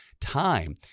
time